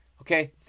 okay